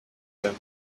them